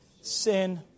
sin